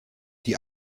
die